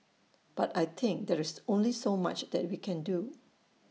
but I think there's only so much that we can do